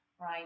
right